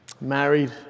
married